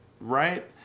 Right